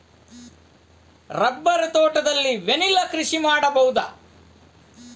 Rubber ತೋಟದಲ್ಲಿ vanilla ಕೃಷಿ ಮಾಡಬಹುದಾ?